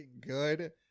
good